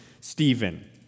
Stephen